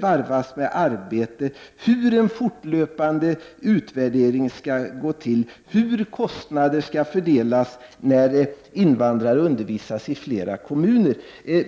varvas med arbete, hur en fortlöpande utvärdering skall gå till, hur kostnader skall fördelas när invandrare undervisas i flera kommuner.